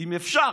אם אפשר.